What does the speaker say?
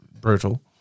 brutal